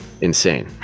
insane